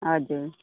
हजुर